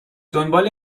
دنبال